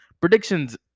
Predictions